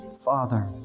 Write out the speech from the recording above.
father